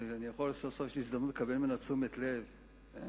סוף סוף יש לי הזדמנות לקבל תשומת לב ממנה.